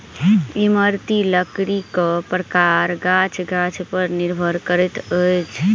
इमारती लकड़ीक प्रकार गाछ गाछ पर निर्भर करैत अछि